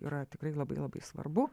yra tikrai labai labai svarbu